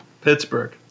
Pittsburgh